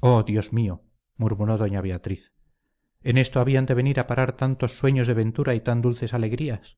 oh dios mío murmuró doña beatriz en esto habían de venir a parar tantos sueños de ventura y tan dulces alegrías